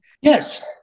Yes